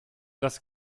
das